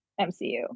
MCU